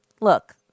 Look